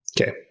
Okay